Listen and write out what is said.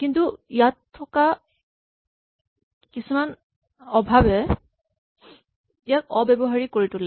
কিন্তু ইয়াত থকা কিছু অভাৱে ইয়াক অব্যৱহাৰিক কৰি তোলে